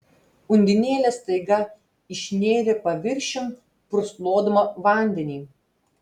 undinėlė staiga išnėrė paviršiun purslodama vandenį